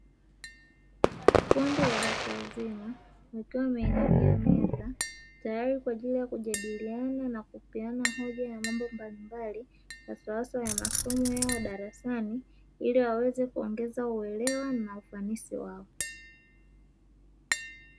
Kundi la watu wakiwa wameinamia meza tayari kwa ajili ya kujadiliana na kupeana hoja ya mambo mbalimbali hasa hasa ya masomo yao darasani ili waweze kuongeza uelewa na ufanisi wao.